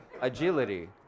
agility